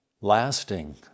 lasting